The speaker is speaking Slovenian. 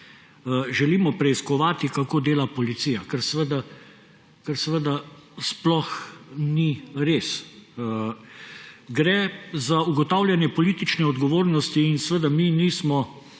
želimo preiskovati, kako dela policija, kar seveda sploh ni res. Gre za ugotavljanje politične odgovornosti in seveda mi nismo,